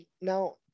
Now